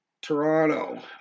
Toronto